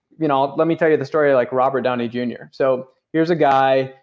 you know let me tell you the story i like, robert downey jr. so here's a guy,